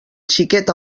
xiquet